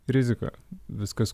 rizika viskas